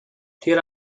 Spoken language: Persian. تیر